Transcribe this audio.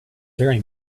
very